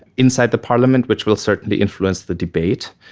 inside the parliament which will certainly influence the debate.